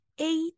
eight